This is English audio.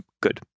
good